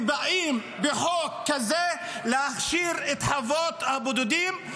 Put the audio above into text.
באים בחוק כזה להכשיר את חוות הבודדים.